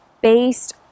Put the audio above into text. based